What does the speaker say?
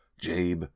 Jabe